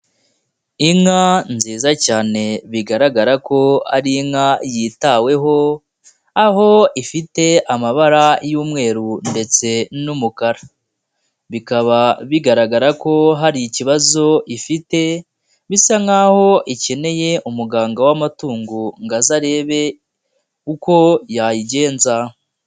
Inka nziza cyane bigaragara ko ari inka yitaweho aho ifite amabara y'umweru ndetse n'umukara bikaba bigaragara ko hari ikibazo ifite bisa nkaho ikeneye umuganga w'amatungo ngo aze arebe uko yayigenza.